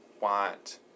want